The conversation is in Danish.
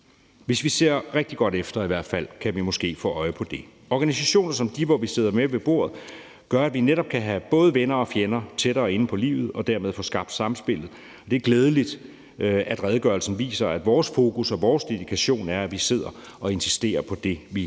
Hvis vi ser rigtig godt efter, kan vi måske få øje på det. Organisationer som dem, hvor vi sidder med ved bordet, gør, at vi netop kan have både venner og fjender tættere inde på livet, og at vi dermed kan få skabt samspillet mellem dem. Det er glædeligt, at redegørelsen viser, at vores fokus og vores dedikation er, at vi sidder og insisterer på det, vi tror på.